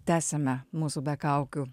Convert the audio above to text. tęsiame mūsų be kaukių